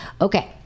Okay